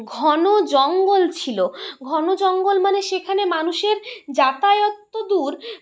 ঘন জঙ্গল ছিলো ঘন জঙ্গল মানে সেখানে মানুষের যাতায়াত তো দূর